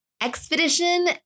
Expedition